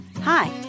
Hi